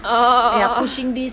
orh